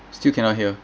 still cannot hear